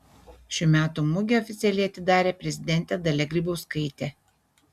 šių metų mugę oficialiai atidarė prezidentė dalia grybauskaitė